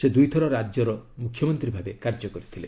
ସେ ଦୁଇଥର ରାଜ୍ୟର ମୁଖ୍ୟମନ୍ତ୍ରୀ ଭାବେ କାର୍ଯ୍ୟ କରିଥିଲେ